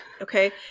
okay